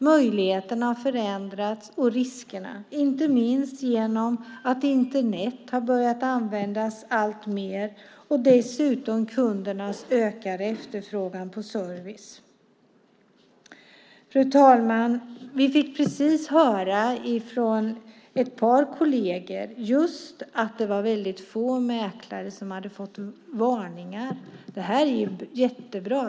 Möjligheterna och riskerna har förändrats, inte minst genom att Internet alltmer har börjat användas. Dessutom handlar det om kundernas ökade efterfrågan på service. Fru talman! Vi fick precis höra från ett par kolleger att det är väldigt få mäklare som fått varningar. Det är jättebra.